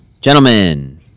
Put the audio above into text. gentlemen